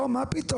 לא מה פתאום,